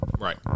Right